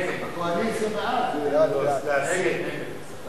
את הנושא לוועדת הפנים והגנת הסביבה